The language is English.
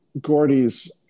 Gordy's